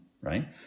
right